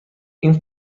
این